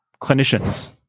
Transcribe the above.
clinicians